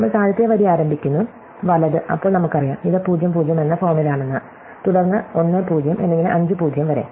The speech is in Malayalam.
നമ്മൾ താഴത്തെ വരി ആരംഭിക്കുന്നു വലത് അപ്പോൾ നമുക്കറിയാം ഇത് 00 എന്ന ഫോമിലാണെന്ന് തുടർന്ന് 10 എന്നിങ്ങനെ 50 വരെ